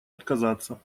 отказаться